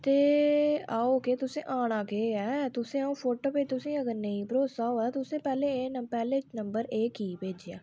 ते आओ केह् तुसें आना केह् ऐ तुसें गी अ'ऊं फोटो भेज तुसें गी अगर नेईं भरोसा होऐ तुसें पैह्ले एह् नंबर एह् की भेजेआ